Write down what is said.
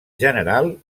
general